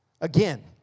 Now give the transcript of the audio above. again